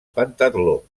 pentatló